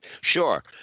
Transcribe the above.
Sure